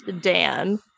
Dan